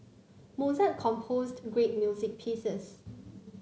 Mozart composed great music pieces